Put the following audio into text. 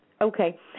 Okay